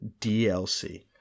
DLC